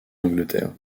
angleterre